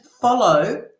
follow